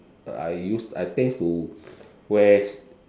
I use I tend to wear